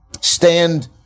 stand